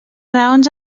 raons